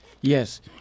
Yes